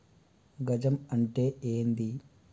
గజం అంటే ఏంది?